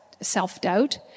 self-doubt